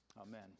Amen